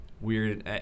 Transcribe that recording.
weird